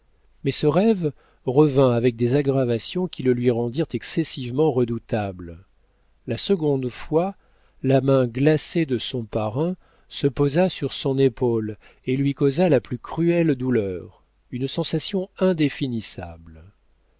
mais ce rêve revint avec des aggravations qui le lui rendirent excessivement redoutable la seconde fois la main glacée de son parrain se posa sur son épaule et lui causa la plus cruelle douleur une sensation indéfinissable